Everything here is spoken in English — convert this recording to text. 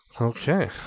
Okay